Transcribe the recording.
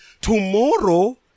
Tomorrow